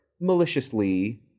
maliciously